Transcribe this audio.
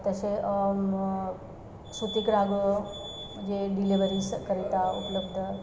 तसे म सुतिकरागं जे डिलेव्हरीजकरिता उपलब्ध